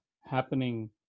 happening